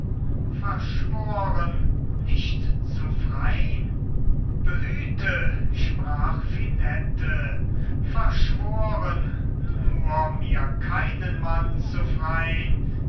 verschworen nicht zu frein behüte sprach finette verschworen nur mir keinen mann zu frein